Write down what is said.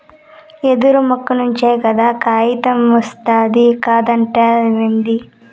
యెదురు మొక్క నుంచే కదా కాగితమొస్తాది కాదంటావేంది